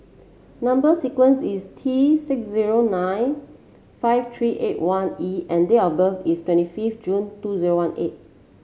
number sequence is T six zero nine five three eight one E and date of birth is twenty fifth June two zero one eight